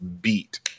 beat